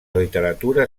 literatura